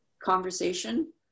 conversation